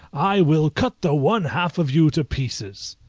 i will cut the one half of you to pieces.